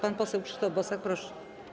Pan poseł Krzysztof Bosak, proszę.